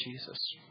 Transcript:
Jesus